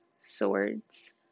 Swords